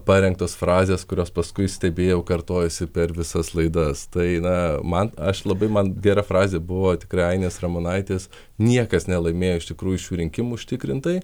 parengtos frazės kurios paskui stebėjau kartojosi per visas laidas tai na man aš labai man gera frazė buvo tikrai ainės ramonaitės niekas nelaimėjo iš tikrųjų šių rinkimų užtikrintai